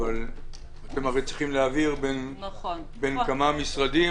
אתם הרי צריכים להעביר בין כמה משרדים,